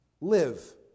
Live